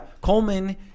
coleman